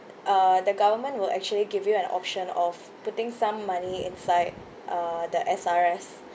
uh the government will actually give you an option of putting some money inside uh the S_R_S